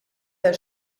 der